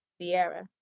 Sierra